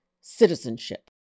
citizenship